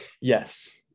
yes